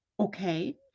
Okay